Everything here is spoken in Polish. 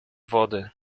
wody